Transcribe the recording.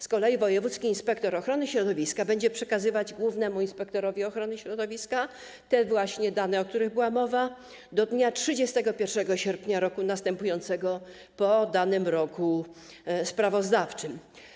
Z kolei wojewódzki inspektor ochrony środowiska będzie przekazywał głównemu inspektorowi ochrony środowiska te dane, o których była mowa, do dnia 31 sierpnia roku następującego po danym roku sprawozdawczym.